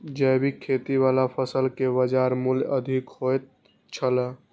जैविक खेती वाला फसल के बाजार मूल्य अधिक होयत छला